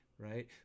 Right